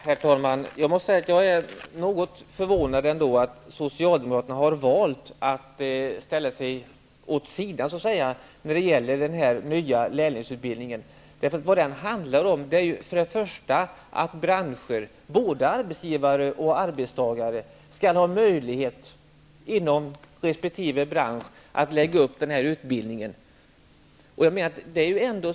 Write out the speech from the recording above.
Herr talman! Jag måste säga att jag är något förvånad över att Socialdemokraterna har valt att ställa sig vid sidan av när det gäller den nya lärlingsutbildningen. Det handlar om att branscher, både arbetsgivare och arbetstagare, skall ha möjlighet att lägga upp den här utbildningen.